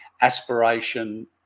aspiration